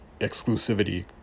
exclusivity